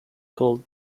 called